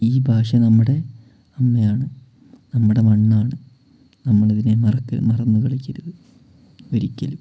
ഈ ഭാഷ നമ്മുടെ അമ്മയാണ് നമ്മുടെ മണ്ണാണ് നമ്മളിതിനെ മറന്നു കളിക്കരുത് ഒരിക്കലും